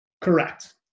Correct